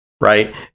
right